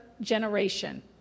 generation